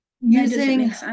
using